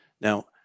now